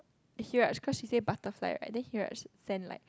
cause you said butterfly right then Raj send like